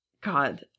God